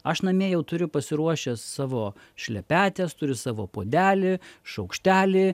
aš namie jau turiu pasiruošęs savo šlepetes turiu savo puodelį šaukštelį